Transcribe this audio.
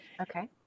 Okay